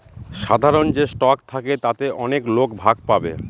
সাধারন যে স্টক থাকে তাতে অনেক লোক ভাগ পাবে